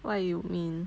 what do you mean